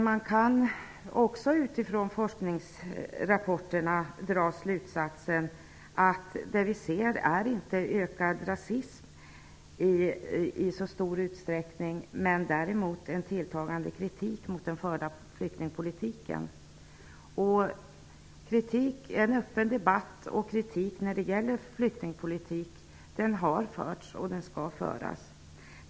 Man kan av forkningsrapporterna dra slutsatsen att det vi ser inte är ökad rasism, däremot en tilltagande kritik mot den förda flyktingpolitiken. En öppen debatt om flyktingpolitik har förts och skall föras.